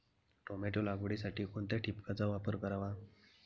Tomato लागवडीसाठी कोणत्या ठिबकचा वापर करावा?